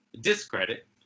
discredit